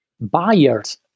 buyers